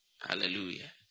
hallelujah